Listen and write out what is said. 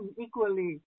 equally